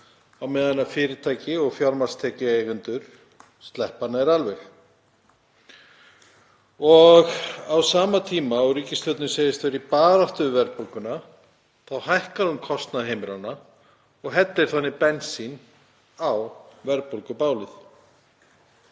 á meðan fyrirtæki og fjármagnstekjueigendur sleppa nær alveg. Á sama tíma og ríkisstjórnin segist vera í baráttu við verðbólguna hækkar hún kostnað heimilanna og hellir þannig bensíni á verðbólgubálið.